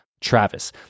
Travis